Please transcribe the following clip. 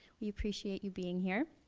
we appreciate you being here.